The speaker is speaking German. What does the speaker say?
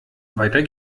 weiter